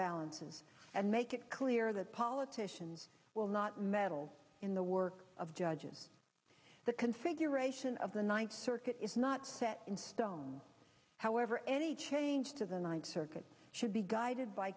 balances and make it clear that politicians will not meddle in the work of judges the configuration of the ninth circuit is not set in stone however any change to the ninth circuit should be guided by